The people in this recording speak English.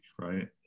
right